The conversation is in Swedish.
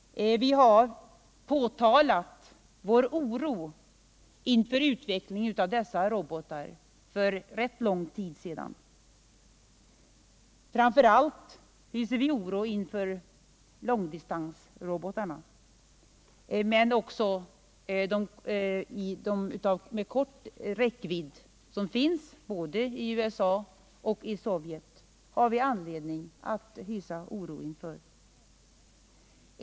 Vi har uttryckt vår oro inför utvecklingen av dessa robotar för rätt lång tid sedan. 170 Framför allt hyser vi oro inför långdistansrobotarna, men också de robotar med kort räckvidd som finns i både USA och Sovjet har vi anledning att frukta.